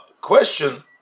question